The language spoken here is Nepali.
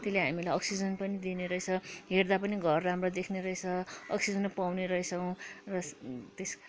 त्यसले हामीलाई अक्सिजन पनि दिने रहेछ हेर्दा पनि घर राम्रो देख्ने रहेछ अक्सिजन पाउने रहेछौँ